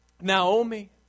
Naomi